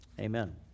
Amen